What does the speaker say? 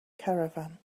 caravan